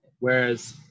whereas